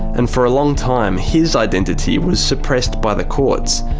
and for a long time his identity was suppressed by the courts.